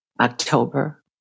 October